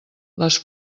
les